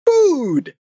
food